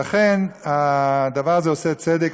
לכן, הדבר זה עושה צדק.